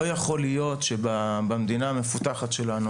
לא יכול להיות שבמדינה המפותחת שלנו,